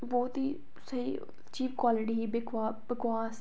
ते बहोत ही स्हेई चीप क्वालिटी ही बकवास इकदम